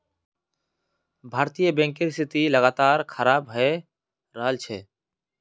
भारतीय बैंकेर स्थिति लगातार खराब हये रहल छे